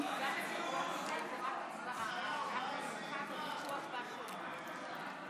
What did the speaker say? היא צריכה לכתוב לך את זה.